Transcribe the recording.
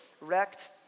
wrecked